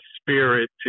spirit